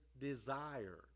desire